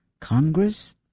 Congress